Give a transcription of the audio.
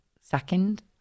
Second